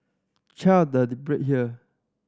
check out the here